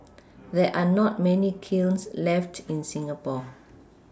there are not many kilns left in Singapore